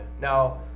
Now